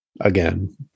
again